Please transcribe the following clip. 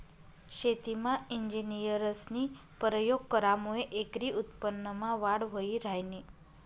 शेतीमा इंजिनियरस्नी परयोग करामुये एकरी उत्पन्नमा वाढ व्हयी ह्रायनी